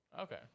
Okay